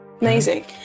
Amazing